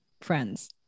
friends